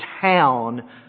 town